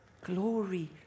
Glory